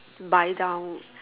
buy down